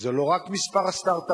זה לא רק מספר הסטארט-אפים,